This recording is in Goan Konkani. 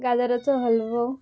गाजराचो हल्वो